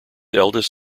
eldest